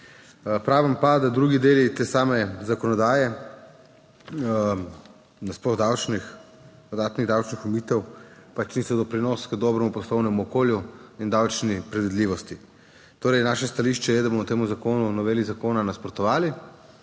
Pravim pa, da drugi deli te same zakonodaje, nasploh davčnih, dodatnih davčnih omejitev pač niso doprinos k dobremu poslovnemu okolju in davčni predvidljivosti. Torej, naše stališče je, da bomo temu zakonu, noveli zakona nasprotovali.